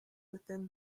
within